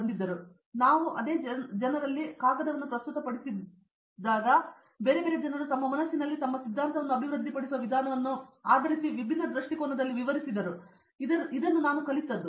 ಹಾಗಾಗಿ ನಾವು ಅದೇ ಜನರಲ್ಲಿ ನಾವು ಕಾಗದವನ್ನು ಪ್ರಸ್ತುತಪಡಿಸುತ್ತಿರುವಾಗ ಬೇರೆ ಬೇರೆ ಜನರು ತಮ್ಮ ಮನಸ್ಸಿನಲ್ಲಿ ತಮ್ಮ ಸಿದ್ಧಾಂತವನ್ನು ಅಭಿವೃದ್ಧಿಪಡಿಸುವ ವಿಧಾನವನ್ನು ಆಧರಿಸಿ ವಿಭಿನ್ನ ದೃಷ್ಟಿಕೋನದಲ್ಲಿ ವಿವರಿಸುತ್ತಿದ್ದಾರೆ ಎಂಬುದು ನಾನು ಕಲಿತದ್ದು